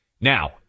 Now